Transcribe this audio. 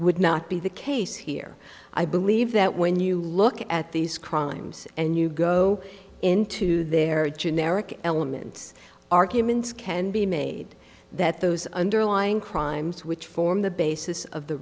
would not be the case here i believe that when you look at these crimes and you go into their generic elements arguments can be made that those underlying crimes which form the basis of the